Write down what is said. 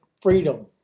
freedom